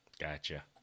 Gotcha